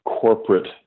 corporate